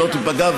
שלא תיפגע,